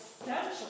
essential